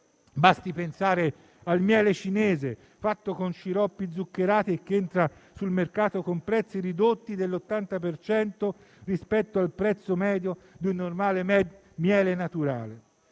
basti pensare al miele cinese, fatto con sciroppi zuccherati e che entra nel mercato con prezzi ridotti dell'80 per cento rispetto al prezzo medio di un normale miele naturale.